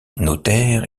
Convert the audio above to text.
notaire